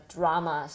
Drama